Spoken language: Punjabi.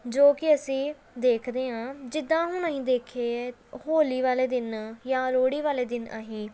ਜੋ ਕਿ ਅਸੀਂ ਦੇਖਦੇ ਹਾਂ ਜਿੱਦਾਂ ਹੁਣ ਅਸੀਂ ਦੇਖੀਏ ਹੋਲੀ ਵਾਲੇ ਦਿਨ ਜਾਂ ਲੋਹੜੀ ਵਾਲੇ ਦਿਨ ਅਸੀਂ